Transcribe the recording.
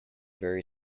very